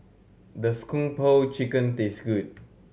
does Kung Po Chicken taste good